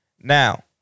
Now